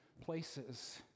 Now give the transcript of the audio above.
places